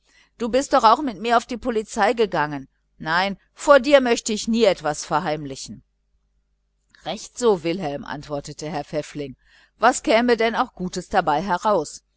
du bist doch auch mit mir auf die polizei gegangen nein vor dir möchte ich nie etwas verheimlichen recht so wilhelm antwortete herr pfäffling was käme denn auch gutes dabei heraus